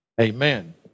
Amen